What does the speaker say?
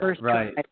right